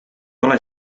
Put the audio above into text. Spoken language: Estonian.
ole